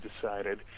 decided